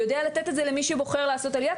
יודע לתת את זה למי שבוחר לעשות עלייה.